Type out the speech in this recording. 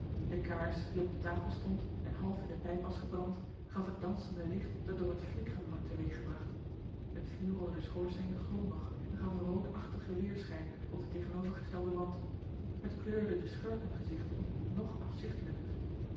de kaars die op de tafel stond en half in de pijp was gebrand gaf het dansende licht dat door het flikkeren wordt te weeg gebragt het vuur onder den schoorsteen glom nog en gaf een roodachtigen weêrschijn op den tegenovergestelden wand het kleurde de schurkengezigten nog